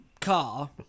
car